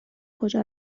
کجا